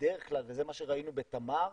בדרך כלל,